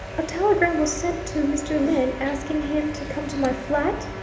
a telegram was sent to mr. lyne asking him to come to my flat?